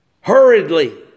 Hurriedly